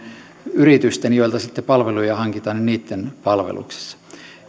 yritysten joilta sitten palveluja hankitaan palveluksessa